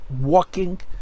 walking